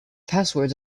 passwords